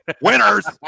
winners